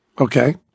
Okay